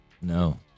No